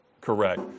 correct